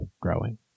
growing